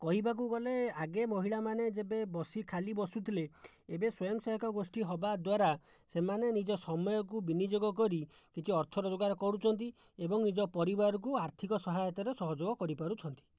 କହିବାକୁ ଗଲେ ଆଗେ ମହିଳାମାନେ ଯେବେ ବସିକି ଖାଲି ବସୁଥିଲେ ଏବେ ସ୍ଵୟଂସହାୟକ ଗୋଷ୍ଠୀ ହେବା ଦ୍ୱାରା ସେମାନେ ନିଜ ସମୟକୁ ବିନିଯୋଗ କରି କିଛି ଅର୍ଥ ରୋଜଗାର କରୁଛନ୍ତି ଏବଂ ନିଜ ପରିବାରକୁ ଆର୍ଥିକ ସହାୟତାରେ ସହଯୋଗ କରିପାରୁଛନ୍ତି